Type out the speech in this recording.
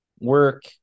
work